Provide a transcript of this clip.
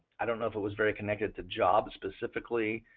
i don't know if it was very connected to jobs specifically.